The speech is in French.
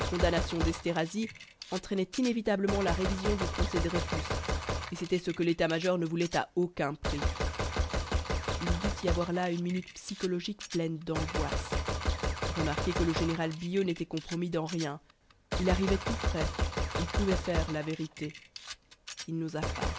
condamnation d'esterhazy entraînait inévitablement la révision du procès dreyfus et c'était ce que l'état-major ne voulait à aucun prix il dut y avoir là une minute psychologique pleine d'angoisse remarquez que le général billot n'était compromis dans rien il arrivait tout frais il pouvait faire la vérité il n'osa pas